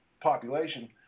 population